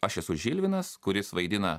aš esu žilvinas kuris vaidina